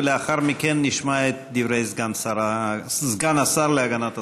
ולאחר מכן נשמע את דברי סגן השר להגנת הסביבה.